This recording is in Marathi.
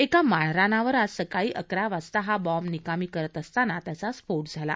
एका माळरानावर आज सकाळी अकरा वाजता हा बॉम्ब निकामी करत असताना त्याचा स्फोट झाला